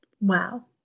Wow